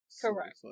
Correct